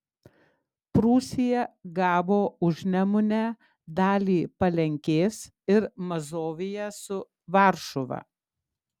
prūsija gavo užnemunę dalį palenkės ir mazoviją su varšuva